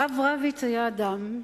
הרב רביץ היה אדם,